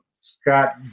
Scott